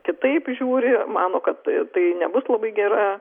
kitaip žiūri mano kad tai nebus labai gera